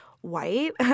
white